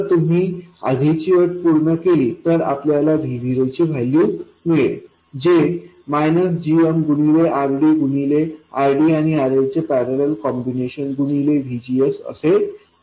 जर तुम्ही आधीची अट पूर्ण केली तर आपल्याला V0ची वैल्यू मिळेल जे मायनस gmगुणिले RD गुणिले RDआणि RLचे पॅरलल कॉम्बिनेशन गुणिले VGSअसे आहे